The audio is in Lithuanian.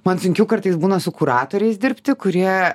man sunkiau kartais būna su kuratoriais dirbti kurie